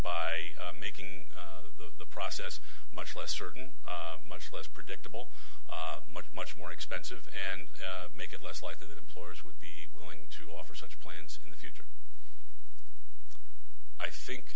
by making the process much less certain much less predictable much much more expensive and make it less likely that employers would be willing to offer such plans in the future i think